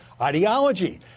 ideology